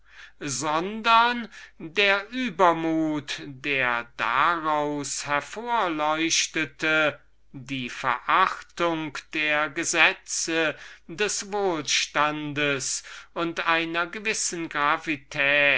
sondern der übermut der daraus hervorleuchtete die verachtung der gesetze des wohlstandes und einer gewissen